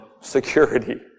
security